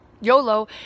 YOLO